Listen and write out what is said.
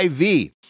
IV